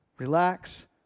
Relax